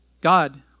God